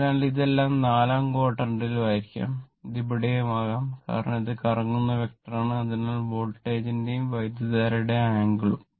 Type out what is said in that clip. അതിനാൽ ഇത് എല്ലാ നാല് ക്വാഡ്രന്റിലും ആയിരിക്കാം അത് എവിടെയും ആകാം കാരണം ഇത് കറങ്ങുന്ന വെക്റ്ററാണ് അതിനാൽ വോൾട്ടേജിന്റെയും വൈദ്യുതധാരയുടെയും ആംഗിളും